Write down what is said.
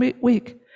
week